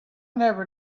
never